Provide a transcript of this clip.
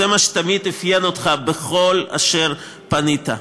זה מה שתמיד אפיין אותך, בכל אשר פנית.